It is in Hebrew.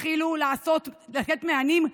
תתחילו לתת מענים,